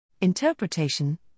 Interpretation